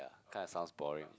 ya kind of sounds boring